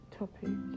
topic